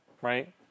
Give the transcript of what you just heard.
right